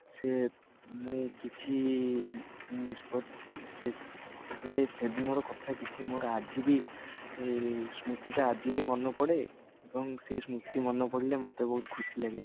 ସେ ମୁଁ କିଛି ନିଷ୍ପତ୍ତି ସେ ସେ ସେଦିନର କଥା କିଛି ମୋର ଆଜି ବି ସ୍ମୃତିଟା ଆଜି ବି ମନେ ପଡ଼େ ଏବଂ ସେଇ ସ୍ମୃତ୍ତି ମନେ ପଡ଼ିଲେ ମୋତେ ବହୁତ ଖୁସି ଲାଗେ